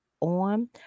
on